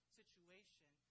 situation